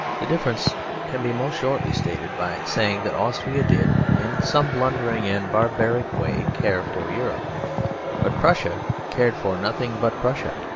the difference can be most shortly stated by saying that austria did, in some blundering and barbaric way, care for europe but prussia cared for nothing but prussia.